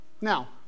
Now